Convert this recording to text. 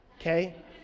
okay